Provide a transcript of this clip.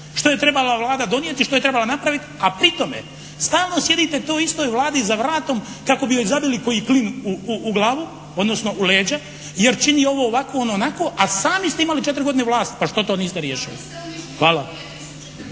što je trebala Vlada donijeti, što je trebala napraviti, a pri tome stalno sjedite toj istoj Vladi za vratom kako bi joj zabili koji klin u glavu, odnosno u leđa, jer čini ovo ovako, ono onako a sami ste imali četiri godine vlast pa što to niste riješili. Hvala.